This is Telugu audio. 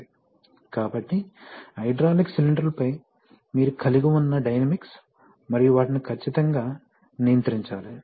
కాబట్టి హైడ్రాలిక్ సిలిండర్లపై మీరు కలిగి ఉన్న డైనమిక్స్ మరియు వాటిని ఖచ్చితంగా నియంత్రించాలి